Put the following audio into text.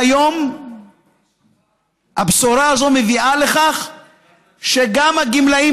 היום הבשורה הזו מביאה לכך שגם הגמלאים